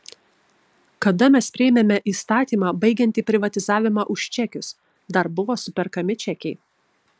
kada mes priėmėme įstatymą baigiantį privatizavimą už čekius dar buvo superkami čekiai